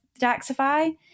Daxify